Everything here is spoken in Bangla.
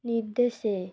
নির্দেশে